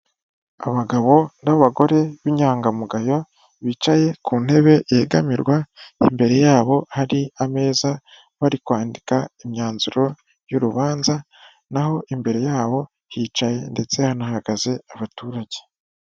Abagabo n'abagore b'inyangamugayo bicaye ku ntebe yegamirwa, imbere yabo hari ameza bari kwandika imyanzuro y'urubanza naho imbere yabo hicaye ndetse hanahagaze abaturage.